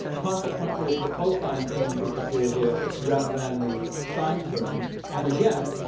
consequently, it's the cosine terms which appear here rather than the sine terms. and again,